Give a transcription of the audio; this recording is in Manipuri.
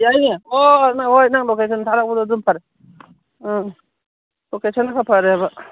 ꯌꯥꯏꯅꯦ ꯍꯣ ꯍꯣꯏ ꯅꯪ ꯂꯣꯀꯦꯁꯟ ꯊꯥꯔꯛꯄꯗꯨ ꯑꯗꯨꯅ ꯐꯔꯦ ꯑꯥ ꯑꯣꯀꯦ ꯁꯤꯗꯅ ꯈꯔ ꯐꯔꯦꯕ